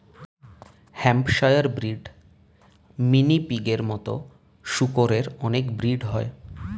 Hampshire breed, mini পিগের মতো শুকরের অনেক ব্রিড হয়